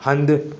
हंधु